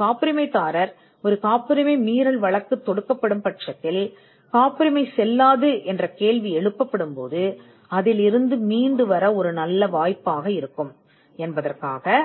காப்புரிமை மீறல் வழக்கில் தப்பிப்பிழைக்க ஒரு நல்ல வாய்ப்பு இருப்பதை